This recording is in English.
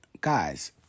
Guys